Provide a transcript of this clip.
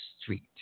street